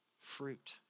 fruit